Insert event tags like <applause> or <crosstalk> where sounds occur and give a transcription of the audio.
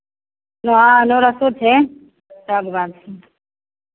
<unintelligible> सो छै सभ गाछ छै